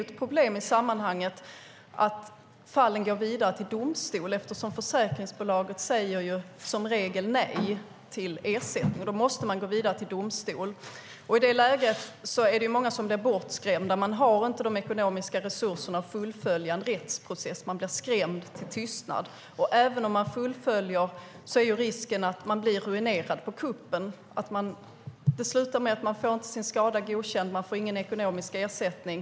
Ett problem i sammanhanget är att fallen går vidare till domstol. Försäkringsbolaget säger som regel nej till ersättning, och då måste man gå vidare till domstol. I det läget är det många som blir bortskrämda. Man har inte de ekonomiska resurserna att fullfölja en rättsprocess. Man blir skrämd till tystnad. Om man fullföljer är risken att man blir ruinerad på kuppen. Det kan sluta med att man inte får sin skada godkänd och inte får någon ekonomisk ersättning.